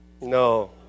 No